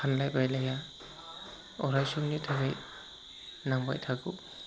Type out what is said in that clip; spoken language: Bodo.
फानलाय बायलाया अरायसमनि थाखाय नांबाय थागौ